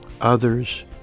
others